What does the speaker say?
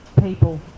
people